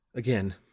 again.